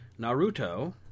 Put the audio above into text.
Naruto